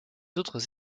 autres